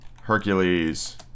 Hercules